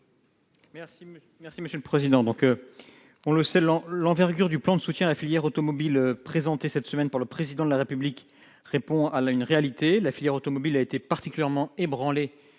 présenter l'amendement n° 99 rectifié. L'envergure du plan de soutien à la filière automobile, présenté cette semaine par le Président de la République, répond à une réalité ; la filière automobile a été particulièrement ébranlée